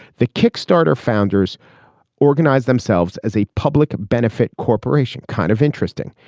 the kickstarter founders organize themselves as a public benefit corporation kind of interesting.